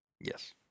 Yes